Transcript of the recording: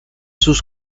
sus